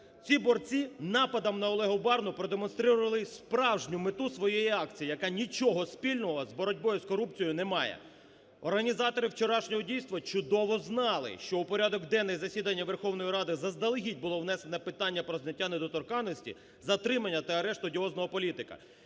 Ці борці нападом на Олегу Барну продемонстрували справжню мету своєї акції, яка нічого спільного з боротьбою з корупцією не має. Організатори вчорашнього дійства чудово знали, що у порядок денний засідання Верховної Ради заздалегідь було внесено питання про зняття недоторканності, затримання та арешт одіозного політика,